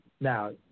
Now